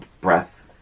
breath